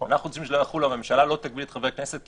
אנחנו רוצים שהממשלה לא תגביל את חברי הכנסת.